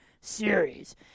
series